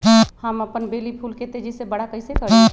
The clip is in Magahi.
हम अपन बेली फुल के तेज़ी से बरा कईसे करी?